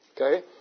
Okay